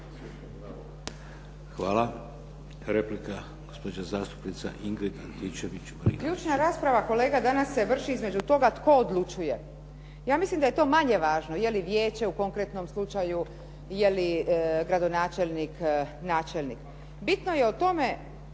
**Antičević Marinović, Ingrid (SDP)** Ključna rasprava, kolega, danas se vrši između toga tko odlučuje. Ja mislim da je to manje važno je li vijeće u konkretnom slučaju, je li gradonačelnik, načelnik. Bitno je o tome